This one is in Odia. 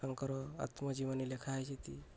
ତାଙ୍କର ଆତ୍ମଜୀବନୀ ଲେଖା ହୋଇଛି